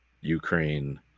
Ukraine